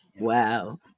Wow